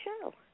show